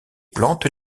plantes